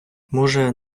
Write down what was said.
може